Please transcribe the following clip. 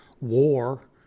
war